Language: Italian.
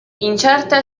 incerte